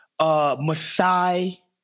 Masai